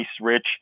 Rich